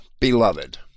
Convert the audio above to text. beloved